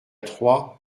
troie